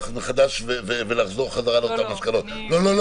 מחדש ולחזור חזרה על אותן מסקנות" --- לא.